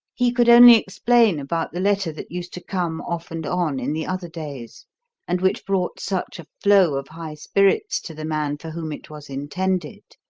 he could only explain about the letter that used to come off and on in the other days and which brought such a flow of high spirits to the man for whom it was intended